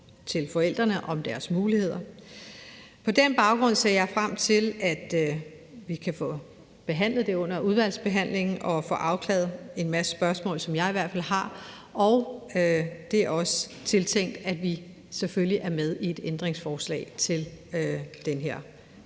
til forældrene om deres muligheder? På den baggrund ser jeg frem til, at vi kan få behandlet det under udvalgsbehandlingen og få afklaret en masse spørgsmål, som jeg i hvert fald har, og det er også tiltænkt, at vi selvfølgelig er med i et ændringsforslag til det her